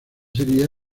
sería